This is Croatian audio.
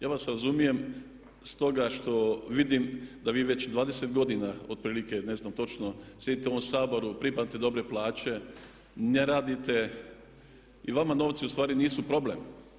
Ja vas razumijem stoga što vidim da vi već 20 godina otprilike, ne znam točno, sjedite u ovom Saboru i primate dobre plaće, ne radite i vama novci ustvari nisu problem.